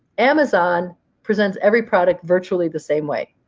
amazon presents every product virtually the same way.